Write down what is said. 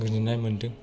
गोजोननाय मोनदों